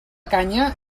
canya